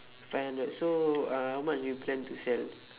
five hundred so uh how much do you plan to sell